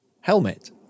helmet